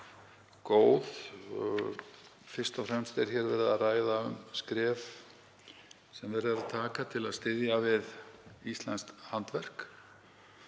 góð. Fyrst og fremst er verið að ræða um skref sem verið er að taka til að styðja við íslenskt handverk.